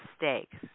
mistakes